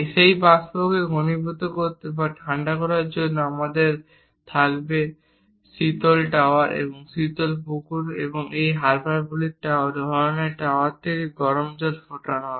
সেই বাষ্পকে ঘনীভূত করতে বা ঠান্ডা করার জন্য আমাদের থাকবে শীতল টাওয়ার এবং শীতল পুকুর এবং এই হাইপারবোলিক ধরনের টাওয়ার থেকে গরম জল ফোটানো হবে